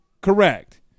Correct